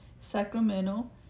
Sacramento